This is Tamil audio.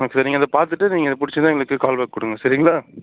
ஆ சரிங்க அதை பார்த்துட்டு நீங்கள் அது பிடிச்சிருந்தா எங்களுக்கு கால் பேக் கொடுங்க சரிங்களா